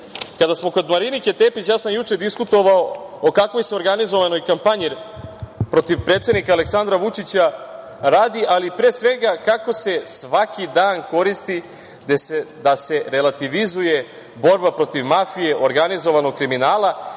smo kod Marinike Tepić, ja sam juče diskutovao o kakvoj se organizovanoj kampanji radi protiv predsednika Aleksandra Vučića, ali pre svega kako se svaki dan koristi da se relativizuje borba protiv mafije, organizovanog kriminala